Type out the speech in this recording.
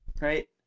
right